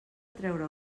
treure